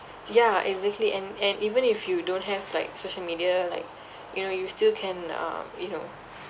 ya exactly and and even if you don't have like social media like you know you still can um you know